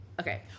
okay